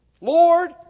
Lord